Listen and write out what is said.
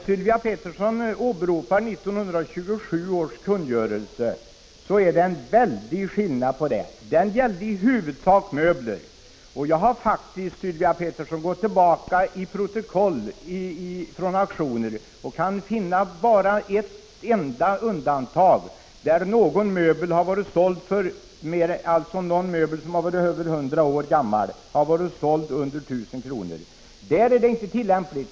Sylvia Pettersson åberopade 1927 års kungörelse, men det är en väldig skillnad på den och den lag vi nu diskuterar. 1927 års kungörelse gällde i huvudsak möbler. Jag har faktiskt, Sylvia Pettersson, läst protokoll från auktioner långt tillbaka i tiden, och jag har bara kunnat finna ett enda fall där en möbel som varit över 100 år gammal sålts under 1 000 kr. I sådana fall är en värdegräns enligt vårt förslag inte tillämplig.